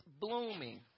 blooming